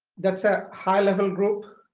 that's a high-level group